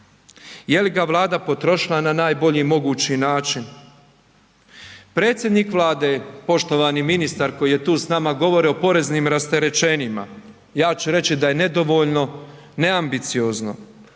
Je li ga Vlada potrošila na najbolji mogući način? Predsjednik Vlade, poštovani ministar koji je tu s nama govori o poreznim rasterećenjima. Ja ću reći da je nedovoljno, neambiciozno,